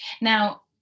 Now